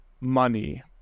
money